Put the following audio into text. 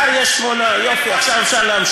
למען האפשרות לרכוש